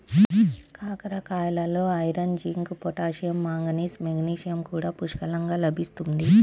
కాకరకాయలలో iron, zinc, potassium, manganese, magnesium కూడా పుష్కలంగా లభిస్తుంది